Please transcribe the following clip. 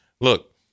Look